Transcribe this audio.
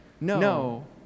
no